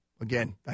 again